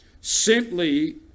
simply